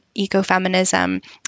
ecofeminism